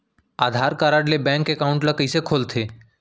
आधार card ले bank account ल कइसे खोलथे?